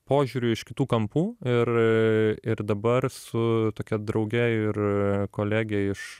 požiūrių iš kitų kampų ir ir dabar su tokia drauge ir kolege iš